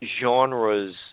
genres